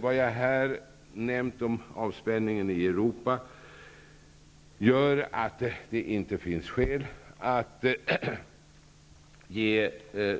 Vad jag här nämnt om avspänningen i Europa gör att det inte finns skäl att ge